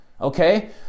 Okay